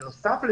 בנוסף,